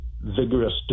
vigorous